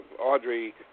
Audrey